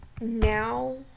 now